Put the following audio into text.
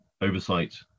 oversight